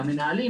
המנהלים,